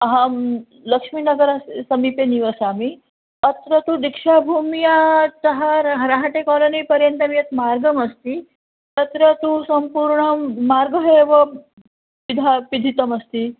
अहं लक्ष्मीनगरस्य समीपे निवसामि तत्र तु दीक्षाभूमितः रह रहाटेकालनीपर्यन्तं यत् मार्गमस्ति तत्र तु सम्पूर्णं मार्गः एवं पिधा पिधानमस्ति